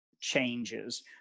changes